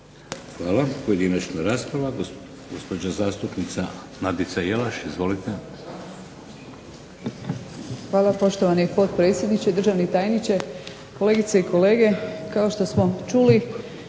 Hvala. Pojedinačna rasprava, gospođa zastupnica Nadica Jelaš. Izvolite. **Jelaš, Nadica (SDP)** Hvala poštovani potpredsjedniče, državni tajniče, kolegice i kolege. Kao što smo čuli